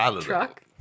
truck